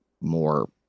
more